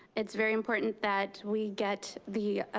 it's very important that we get the